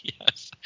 Yes